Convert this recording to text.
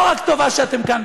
לא רק טובה שאתם כאן,